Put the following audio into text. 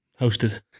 Hosted